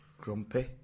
grumpy